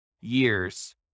years